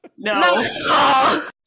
No